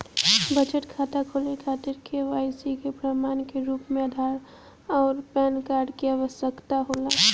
बचत खाता खोले खातिर के.वाइ.सी के प्रमाण के रूप में आधार आउर पैन कार्ड की आवश्यकता होला